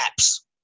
apps